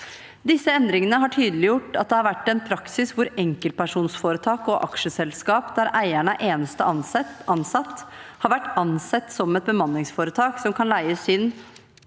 Disse endringene har tydeliggjort at det har vært en praksis hvor enkeltpersonforetak og aksjeselskaper der eieren er eneste ansatte, har vært ansett som et bemanningsforetak som kan leies